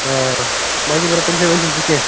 آ باقٕے ما رَٹھ ٹیٚنٛشن ویٚنٛشن ژٕ کیٚنٛہہ